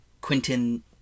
Quentin